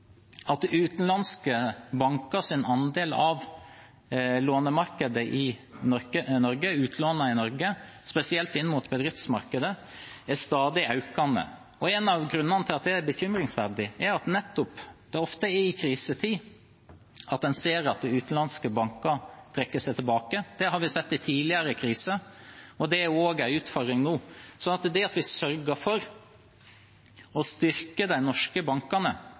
at utenlandske bankers andel av lånemarkedet i Norge, utlånene, spesielt inn mot bedriftsmarkedet, er stadig økende. En av grunnene til at det er bekymringsverdig, er at det ofte nettopp er i krisetider en ser at utenlandske banker trekker seg tilbake. Det har vi sett i tidligere kriser, og der er også en utfordring nå. Så det at vi sørger for å styrke de norske bankene,